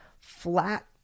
flat